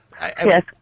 Yes